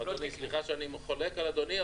סליחה שאני חולק על אדוני,